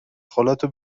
خالتو